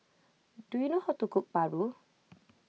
do you know how to cook Paru